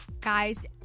Guys